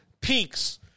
peaks